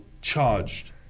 charged